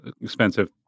expensive